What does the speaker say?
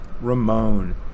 Ramone